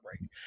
break